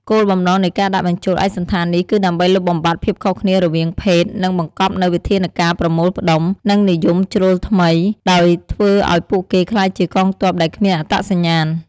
គោលបំណងនៃការដាក់បញ្ចូលឯកសណ្ឋាននេះគឺដើម្បីលុបបំបាត់ភាពខុសគ្នារវាងភេទ និងបង្កប់នូវវិធានការប្រមូលផ្តុំ និងនិយមជ្រុលថ្មី ដោយធ្វើឱ្យពួកគេក្លាយជាកងទ័ពដែលគ្មានអត្តសញ្ញាណ។